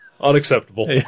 unacceptable